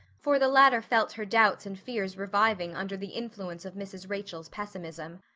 for the latter felt her doubts and fears reviving under the influence of mrs. rachel's pessimism.